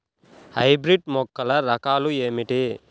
Hybrid మొక్కల రకాలు ఏమిటి?